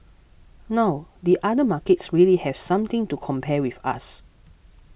now the other markets really have something to compare with us